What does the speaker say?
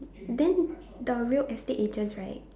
then the real estate agents right